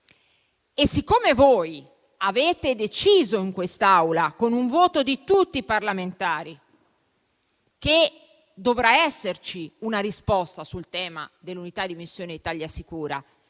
E sempre voi avete deciso in quest'Aula, con il voto di tutti i parlamentari, che doveva esserci una risposta sul tema dell'unità di missione ItaliaSicura,